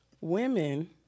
Women